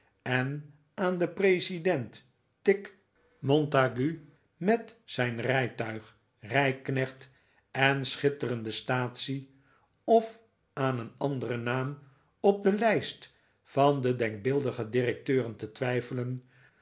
en aan den president tigg montague met zijn rijtuig rijknecht en schitterende statie of aan een anderen naam op de lijst van de denkbeeldige directeuren te twijfelen